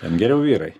geriau vyrai